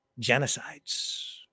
genocides